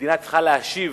המדינה צריכה להשיב